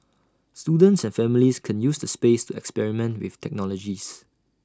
students and families can use the space to experiment with technologies